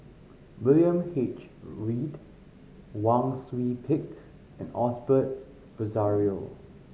William H Read Wang Sui Pick and Osbert Rozario